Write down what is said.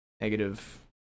negative